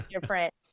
different